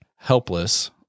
helpless